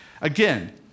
again